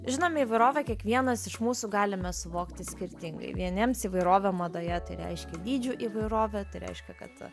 žinoma įvairovė kiekvienas iš mūsų galime suvokti skirtingai vieniems įvairovę madoje tai reiškia dydžių įvairovė reiškia kad